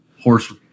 horse